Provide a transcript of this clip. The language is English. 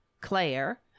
Claire